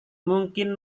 mungkin